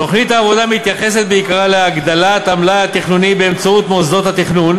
תוכנית העבודה מתייחסת בעיקרה להגדלת המלאי התכנוני באמצעות מוסדות התכנון